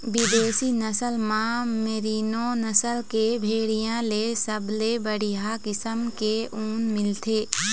बिदेशी नसल म मेरीनो नसल के भेड़िया ले सबले बड़िहा किसम के ऊन मिलथे